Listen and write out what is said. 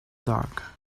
dark